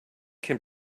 can